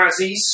Razzies